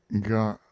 ga